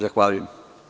Zahvaljujem.